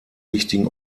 wichtigen